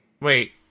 Wait